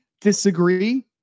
disagree